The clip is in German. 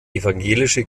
evangelische